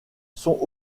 sont